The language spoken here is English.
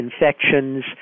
infections